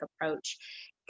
approach